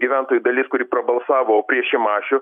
gyventojų dalis kuri prabalsavo prieš šimašių